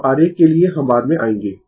अब आरेख के लिए हम बाद में आएंगें